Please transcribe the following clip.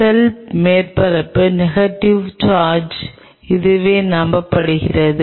செல் மேற்பரப்பு negative charge இதுவே நம்பப்படுகிறது